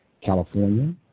California